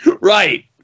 Right